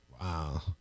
Wow